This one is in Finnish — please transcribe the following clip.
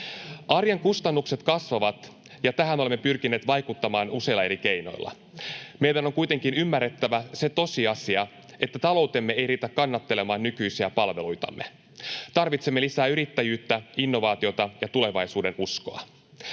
Arjen kustannukset kasvavat, ja tähän olemme pyrkineet vaikuttamaan useilla eri keinoilla. Meidän on kuitenkin ymmärrettävä se tosiasia, että taloutemme ei riitä kannattelemaan nykyisiä palveluitamme. Tarvitsemme lisää yrittäjyyttä, innovaatioita ja tulevaisuudenuskoa.